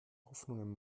hoffnungen